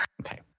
Okay